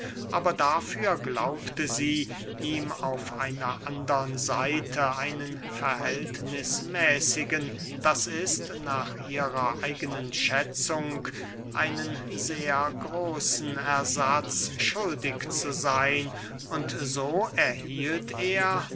aber dafür glaubte sie ihm auf einer andern seite einen verhältnismäßigen d i nach ihrer eigenen schätzung einen sehr großen ersatz schuldig zu seyn und so erhielt er